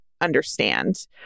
understand